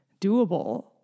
doable